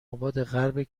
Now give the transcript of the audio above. آبادغرب